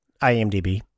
imdb